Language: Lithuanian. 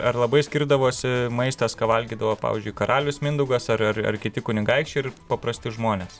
ar labai skirdavosi maistas ką valgydavo pavyzdžiui karalius mindaugas ar ar ar kiti kunigaikščiai ir paprasti žmonės